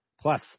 Plus